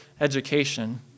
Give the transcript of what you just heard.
education